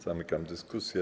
Zamykam dyskusję.